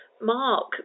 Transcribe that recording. Mark